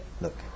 look